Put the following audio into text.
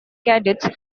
cadets